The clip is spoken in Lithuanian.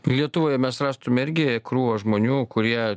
lietuvoje mes rastume irgi krūvą žmonių kurie